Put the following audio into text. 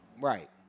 Right